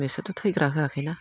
बिसोरथ' थैग्रा होआखैना